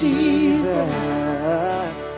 Jesus